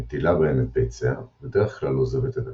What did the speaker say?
מטילה בהם את ביציה, ובדרך-כלל עוזבת את הקן.